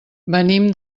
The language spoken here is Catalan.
venim